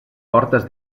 portes